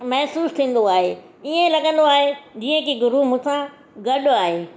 महिसूसु थींदो आहे ईअं लॻंदो आहे जीअं की गुरू मूं सां गॾु आहे